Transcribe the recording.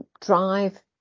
drive